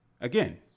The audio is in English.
Again